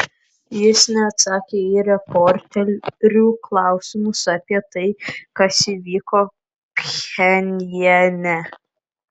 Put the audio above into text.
jis neatsakė į reporterių klausimus apie tai kas įvyko pchenjane